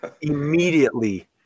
immediately